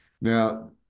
Now